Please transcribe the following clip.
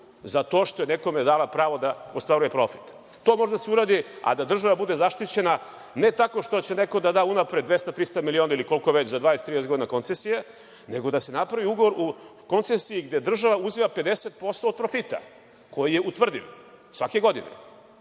za to što je nekome dala pravo da ostvaruje profit. To može da se uradi, a da država bude zaštićena, ne tako što će neko da da unapred 200, 300 miliona ili koliko već za 20, 30 godina koncesije, nego da se napravi ugovor u koncesiji gde država uzima 50% od profita, koji je utvrdiv svake godine